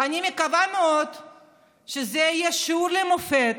ואני מתכוונת שזה יהיה שיעור למופת